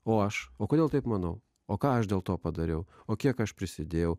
o aš o kodėl taip manau o ką aš dėl to padariau o kiek aš prisidėjau